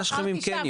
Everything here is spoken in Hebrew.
מה יש לכם עם קניון?